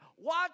Watch